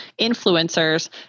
influencers